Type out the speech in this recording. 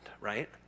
right